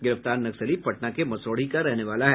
गिरफ्तार नक्सली पटना के मसौढ़ी का रहने वाला है